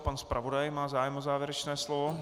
Pan zpravodaj má zájem o závěrečné slovo.